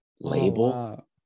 label